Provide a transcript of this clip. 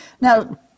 Now